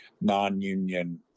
non-union